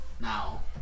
Now